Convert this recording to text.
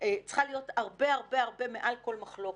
צריכה להיות הרבה מעל כל מחלוקת.